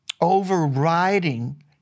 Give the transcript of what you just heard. overriding